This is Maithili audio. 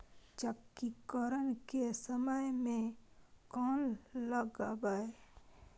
चक्रीकरन के समय में कोन लगबै?